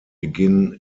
begins